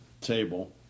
table